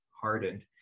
hardened